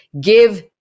give